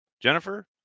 Jennifer